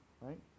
right